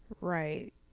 Right